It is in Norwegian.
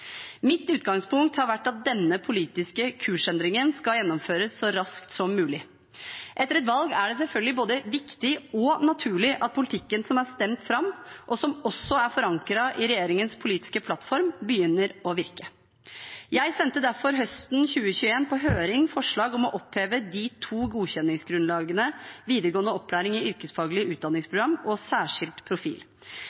Mitt utgangspunkt har vært at denne politiske kursendringen skal gjennomføres så raskt som mulig. Etter et valg er det selvfølgelig både viktig og naturlig at politikken som er stemt fram, og som også er forankret i regjeringens politiske plattform, begynner å virke. Jeg sendte derfor høsten 2021 på høring forslag om å oppheve de to godkjenningsgrunnlagene videregående opplæring i